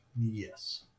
Yes